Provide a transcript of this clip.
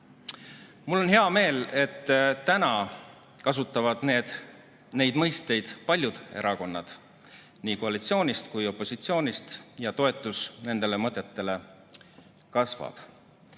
Mul on hea meel, et praegu kasutavad neid mõisteid paljud erakonnad nii koalitsioonist kui ka opositsioonist ja toetus nendele mõtetele kasvab.